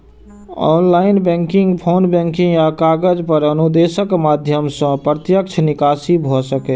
online banking, phone banking या कागज पर अनुदेशक माध्यम सं प्रत्यक्ष निकासी भए सकैए